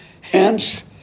Hence